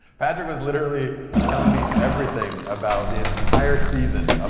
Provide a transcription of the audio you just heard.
patrick was literally telling me everything about the entire season ah